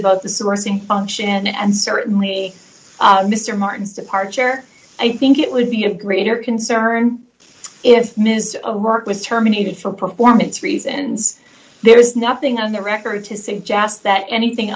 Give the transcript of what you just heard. about the sourcing function and certainly on mr martin's departure i think it would be a greater concern if ms a mark was terminated for performance reasons there is nothing on the record to suggest that anything